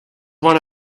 one